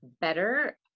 better